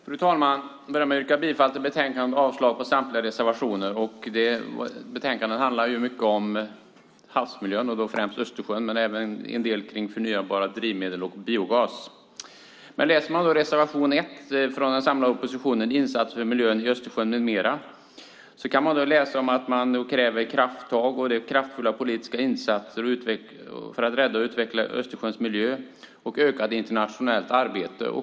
Fru talman! Jag börjar med att yrka bifall till utskottets förslag i betänkandet och avslag på samtliga reservationer. Betänkandet handlar mycket om havsmiljön och då främst Östersjön men även en del om förnybara drivmedel och biogas. Läser man reservation 1 från den samlade oppositionen, Insatser för miljön i Östersjön med mera, kan man se att det krävs krafttag och kraftfulla politiska insatser för att rädda och utveckla Östersjöns miljö och öka det internationella arbetet.